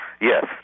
Yes